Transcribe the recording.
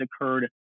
occurred